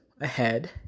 ahead